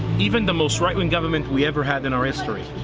even the most rightwing governement we ever had in our history,